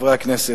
חברי הכנסת,